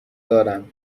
دارم